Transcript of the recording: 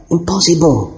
Impossible